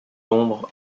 ombres